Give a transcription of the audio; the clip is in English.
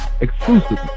exclusively